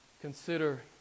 consider